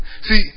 See